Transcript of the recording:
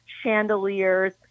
chandeliers